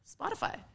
Spotify